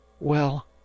Well